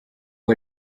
uwo